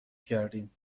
کردین